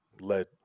let